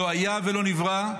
לא היה ולא נברא,